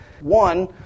One